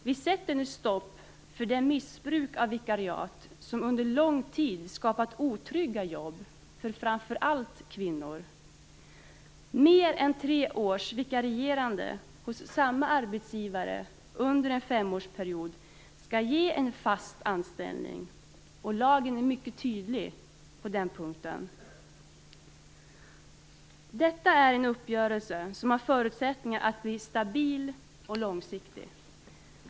Vi sätter nu stopp för det missbruk av vikariat som under lång tid har skapat otrygga jobb för framför allt kvinnor. Mer än tre års vikarierande hos samma arbetsgivare under en femårsperiod skall ge en fast anställning. Lagen är mycket tydlig på den punkten. Detta är en uppgörelse som har förutsättningar att bli stabil och långsiktig.